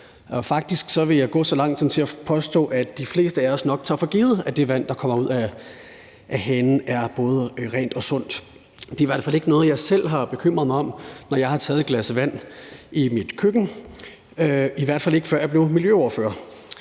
Faktisk vil jeg gå så langt som til at påstå, at de fleste af os nok tager for givet, at det vand, der kommer ud af hanen, er både rent og sundt. Det er i hvert fald ikke noget, jeg selv har bekymret mig om, når jeg har taget et glas vand i mit køkken – i hvert fald ikke før jeg blev miljøordfører.